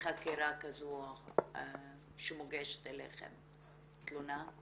בחקירה כזו שמוגשת אליכם תלונה.